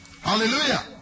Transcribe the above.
Hallelujah